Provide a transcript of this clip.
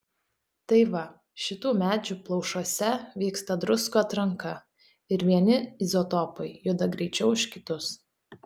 tai va šitų medžių plaušuose vyksta druskų atranka ir vieni izotopai juda greičiau už kitus